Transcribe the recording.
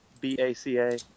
B-A-C-A